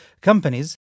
companies